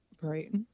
Right